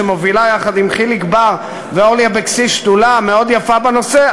שמובילה יחד עם חיליק בר ואורלי אבקסיס שדולה מאוד יפה בנושא,